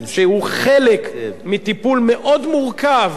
שהוא חלק מטיפול מאוד מורכב.